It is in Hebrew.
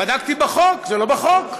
בדקתי בחוק, זה לא בחוק.